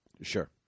Sure